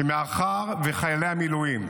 שחיילי המילואים,